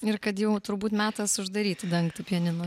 ir kad jau turbūt metas uždaryti dangtį pianino ar ne